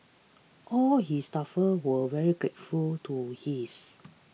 all his staffers were very grateful to this